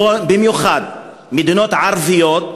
במיוחד מדינות ערביות,